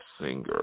singer